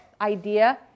idea